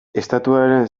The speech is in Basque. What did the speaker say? estatuaren